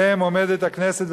שעליהן עומדת הכנסת,